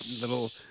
little